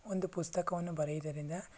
ಒಂದು ಪುಸ್ತಕವನ್ನು ಬರೆಯುವುದರಿಂದ